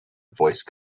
voice